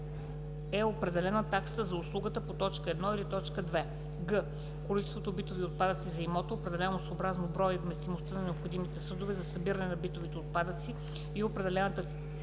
е определена таксата за услугата по т. 1 или т. 2; г) количество битови отпадъци за имота, определено съобразно броя и вместимостта на необходимите съдове за събиране на битовите отпадъци и определената